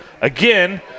again